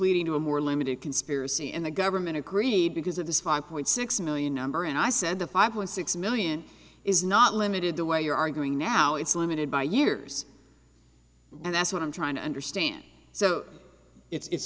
pleading to a more limited conspiracy and the government agreed because of this five point six million number and i said the five point six million is not limited the way you're arguing now it's limited by years and that's what i'm trying to understand so i